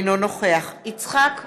אינו נוכח יצחק כהן,